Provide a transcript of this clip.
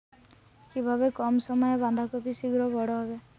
কিভাবে কম সময়ে বাঁধাকপি শিঘ্র বড় হবে?